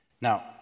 Now